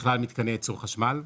בכלל מתקני ייצור חשמל.